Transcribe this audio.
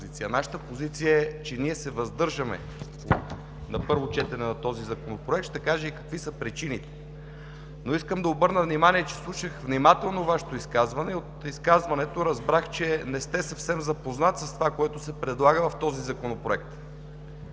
Нашата позиция е, че на първо четене на този законопроект ние се въздържаме. Ще кажа какви са и причините. Искам да обърна внимание, че слушах внимателно Вашето изказване и от изказването разбрах, че не сте съвсем запознат с това, което се предлага в този законопроект.